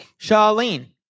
Charlene